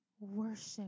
Worship